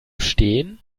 stehen